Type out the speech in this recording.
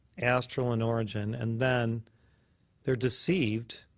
astral in origin, and then they are deceived.